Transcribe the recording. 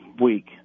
week